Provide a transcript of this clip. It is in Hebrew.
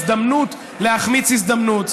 הזדמנות להחמיץ הזדמנות.